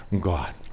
God